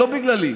לא בגללי.